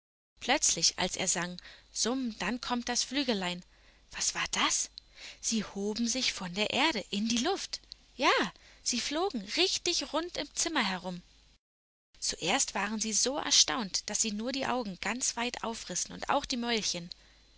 plötzlich als er sang summ dann kommt das flügelein was war das sie hoben sich von der erde in die luft ja sie flogen richtig rund im zimmer herum zuerst waren sie so erstaunt daß sie nur die augen ganz weit aufrissen und auch die mäulchen